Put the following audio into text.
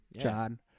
John